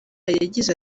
yagize